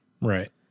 Right